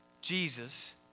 Jesus